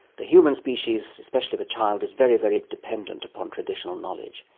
the human species, especially the child, is very, very dependent upon traditional knowledge.